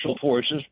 forces